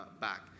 back